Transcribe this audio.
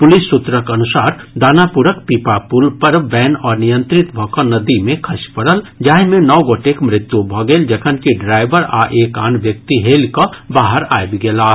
police सूत्रक अनुसार दानापुरक पीपापुल पर वैन अनियंत्रित भऽ कऽ नदी मे खसि पड़ल जाहि मे नओ गोटेक मृत्यु भऽ गेल जखनकि ड्राईवर आ एक आन व्यक्ति हेलि कऽ बाहर आबि गेलाह